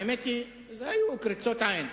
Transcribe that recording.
האמת, אלה היו קריצות עין.